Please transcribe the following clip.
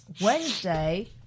Wednesday